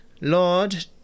lord